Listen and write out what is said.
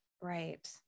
Right